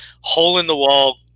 hole-in-the-wall